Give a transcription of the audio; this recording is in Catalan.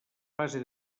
fase